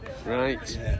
Right